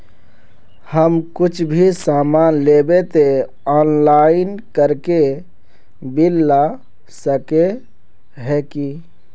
हम कुछ भी सामान लेबे ते ऑनलाइन करके बिल ला सके है की?